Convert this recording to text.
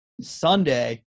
Sunday